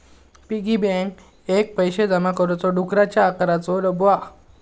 piggy bank एक पैशे जमा करुचो डुकराच्या आकाराचो डब्बो हा